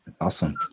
Awesome